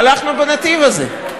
הלכנו בנתיב הזה.